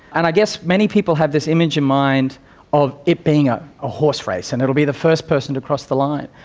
and i guess many people have this image in mind of it being a ah horse race, and it will be the first person to cross the line.